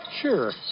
Sure